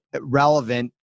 relevant